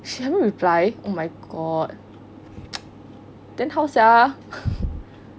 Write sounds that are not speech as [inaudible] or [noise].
she hasn't reply oh my god [noise] the how sia [breath]